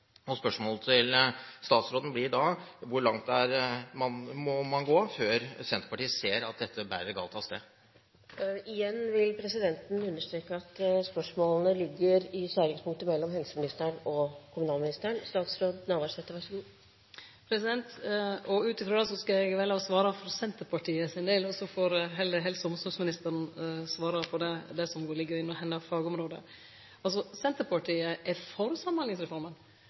Spørsmålet til statsråden blir da: Hvor langt må man gå før Senterpartiet ser at dette bærer galt av sted? Igjen vil presidenten understreke at spørsmålene ligger i skjæringspunktet mellom helseministeren og kommunalministeren. Ut frå det skal eg velje å svare for Senterpartiet sin del, og så får heller helse- og omsorgsministeren svare for det som ligg under fagområdet hennar. Senterpartiet er for